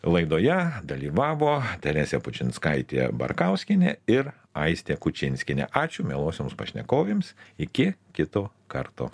laidoje dalyvavo teresė pučinskaitė barkauskienė ir aistė kučinskienė ačiū mielosioms pašnekovėms iki kito karto